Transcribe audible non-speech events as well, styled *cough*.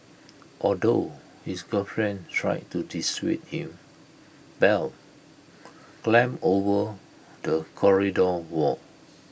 although his girlfriend tried to dissuade him bell *noise* climbed over the corridor wall